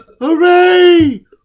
Hooray